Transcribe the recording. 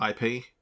IP